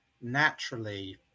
naturally